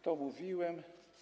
To mówiłem.